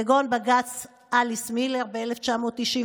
כגון בג"ץ אליס מילר ב-1993,